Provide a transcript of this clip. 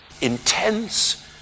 intense